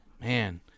man